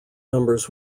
numbers